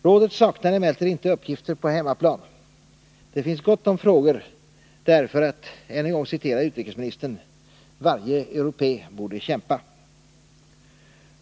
Rådet saknar emellertid inte uppgifter på hemmaplan. Det finns gott om frågor där, för att än en gång citera utrikesministern, ”varje europé borde kämpa”.